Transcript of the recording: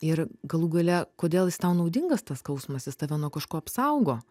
ir galų gale kodėl jis tau naudingas tas skausmas jis tave nuo kažko apsaugo